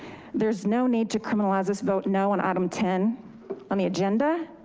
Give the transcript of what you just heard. there's no need to criminalize this, vote no on item ten on the agenda.